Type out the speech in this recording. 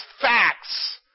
facts